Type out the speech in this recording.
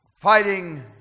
fighting